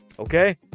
Okay